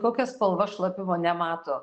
kokia spalva šlapimo nemato